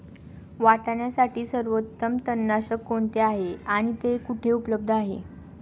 वाटाण्यासाठी सर्वोत्तम तणनाशक कोणते आहे आणि ते कुठे उपलब्ध आहे?